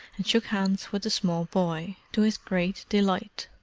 and shook hands with the small boy, to his great delight.